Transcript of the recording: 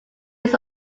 its